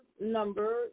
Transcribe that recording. number